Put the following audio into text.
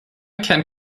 can